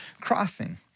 crossing